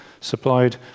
supplied